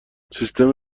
سیستم